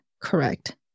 correct